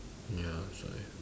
ya that's why